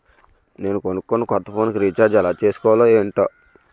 నేను కొనుకున్న కొత్త ఫోన్ కి రిచార్జ్ ఎలా చేసుకోవాలో ఏంటో